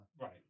right